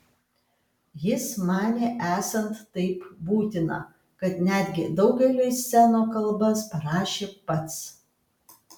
jis manė esant taip būtina kad netgi daugeliui scenų kalbas parašė pats